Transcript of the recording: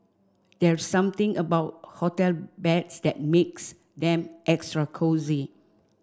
there's something about hotel beds that makes them extra cosy